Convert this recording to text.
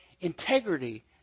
integrity